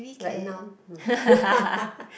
like now hm